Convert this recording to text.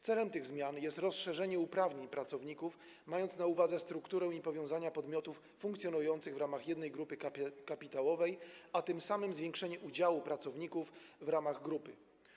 Celem tych zmian jest rozszerzenie uprawnień pracowników, mając na uwadze strukturę i powiązania podmiotów funkcjonujących w ramach jednej grupy kapitałowej, a tym samym zwiększenie udziału pracowników w ramach grupy.